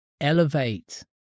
Elevate